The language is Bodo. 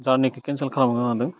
जारनिखौ केनसेल खालामनो गोनां जादों